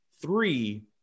three